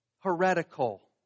Heretical